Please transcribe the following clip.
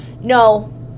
No